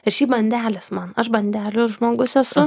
ir šiaip bandelės man aš bandelių žmogus